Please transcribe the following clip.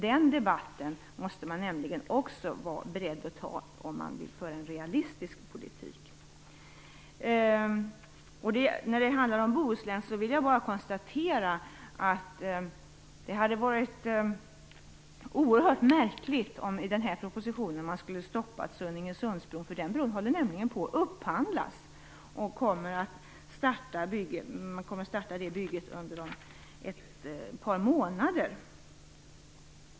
Den debatten måste man också vara beredd att ta om man vill föra en realistisk politik. När det handlar om Bohuslän vill jag bara konstatera att det hade varit oerhört märkligt om vi i den här propositionen skulle ha stoppat Sunningesundsbron - den bron håller nämligen på att upphandlas. Det bygget kommer att starta om ett par månader.